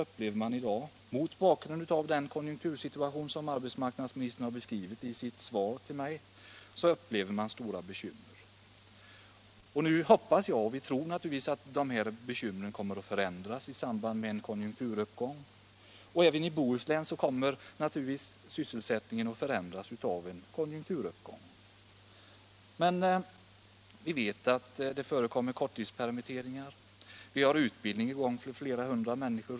På grund av den konjunktursituation som arbetsmarknadsministern har beskrivit i sitt svar till mig har man i dag på många håll i landet stora bekymmer. Naturligtvis tror vi att de bekymren kommer att lätta när vi får en konjunkturuppgång, och även i Bohuslän kommer ju sysselsättningsläget då att förändras. Men vi vet ändå att det nu förekommer korttidspermitteringar. Vi har också utbildning på gång för flera hundra människor.